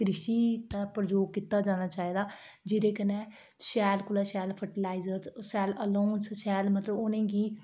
कृषि प्रयोग कीता जाना चाहिदा जेह्दे कन्नै शैल कोला शैल फ्रटीलाईजर शैल अलाउंस शैल मतलब उनेंगी